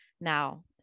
now